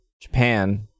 Japan